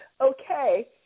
okay